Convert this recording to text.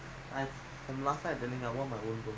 ah